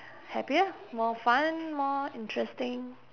happier more fun more interesting